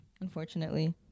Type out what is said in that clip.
unfortunately